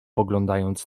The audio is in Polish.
poglądając